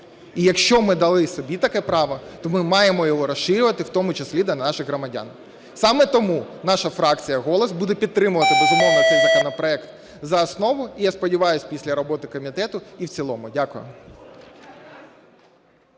І якщо ми дали собі таке право, то ми маємо його розширювати в тому числі до наших громадян. Саме тому наша фракція "Голос" буде підтримувати, безумовно, цей законопроект за основу, і, я сподіваюсь, після роботи комітету і в цілому. Дякую.